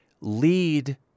lead